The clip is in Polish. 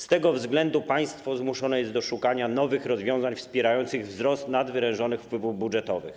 Z tego względu państwo zmuszone jest do szukania nowych rozwiązań wspierających wzrost nadwyrężonych wpływów budżetowych.